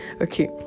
Okay